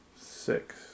Six